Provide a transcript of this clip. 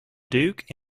duke